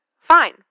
fine